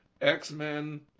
X-Men